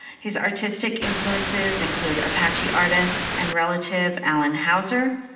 his artistic influences include apache artist and relative allan houser,